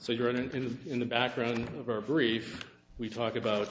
so you're in atlanta in the background of our brief we talk about